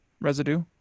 residue